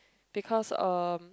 because uh